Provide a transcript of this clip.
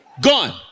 Gone